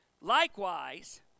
Likewise